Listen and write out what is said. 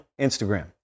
Instagram